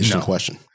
question